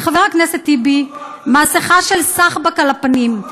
לחבר הכנסת טיבי מסכה של סחבק על הפנים,